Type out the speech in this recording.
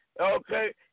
Okay